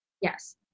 yes